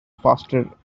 faster